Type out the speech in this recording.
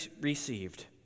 received